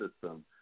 system